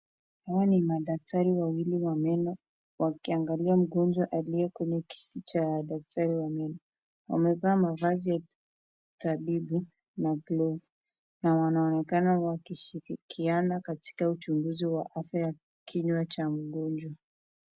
Hawa ni madaktari wawili wa meno wakiangalia mgonjwa aliye kwenye kiti Cha daktari wa meno. Wamevaa mavazi ya tabibu na glovu na wanaonekana wakishirikiana katika uchunguzi wa afya ya kinywa Cha mgonjwa.